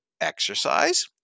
exercise